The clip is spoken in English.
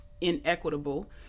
inequitable